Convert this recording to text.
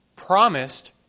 Promised